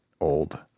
old